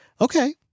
Okay